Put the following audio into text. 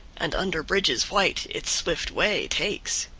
and under bridges white its swift way takes.